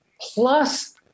plus